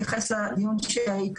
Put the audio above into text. זה לא מכסות ללולים ולא